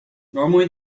normally